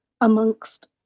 amongst